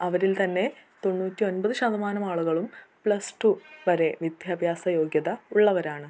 അവരിൽ തന്നെ തൊണ്ണൂറ്റൊൻപത് ശതമാനം ആളുകളും പ്ലസ് ടു വരെ വിദ്യാഭ്യാസ യോഗ്യത ഉള്ളവരാണ്